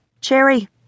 Cherry